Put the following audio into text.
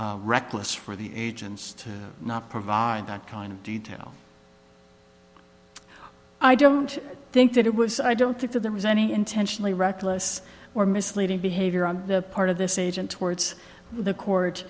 reckless for the agents to not provide that kind of detail i don't think that it was i don't think that there was any intentionally reckless or misleading behavior on the part of this agent towards the